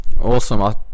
awesome